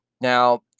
Now